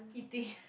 eating